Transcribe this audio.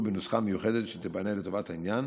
בנוסחה מיוחדת שתיבנה לטובת העניין.